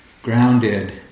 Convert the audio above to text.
Grounded